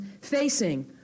facing